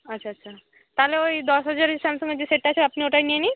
আচ্ছা আচ্ছা তাহলে ওই দশ হাজারের স্যামসাঙের যে সেটটা আছে আপনি ওটাই নিয়ে নিন